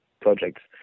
projects